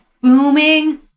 booming